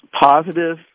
positive